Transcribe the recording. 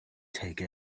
take